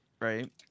Right